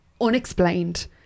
unexplained